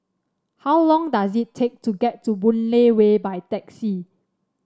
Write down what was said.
how long does it take to get to Boon Lay Way by taxi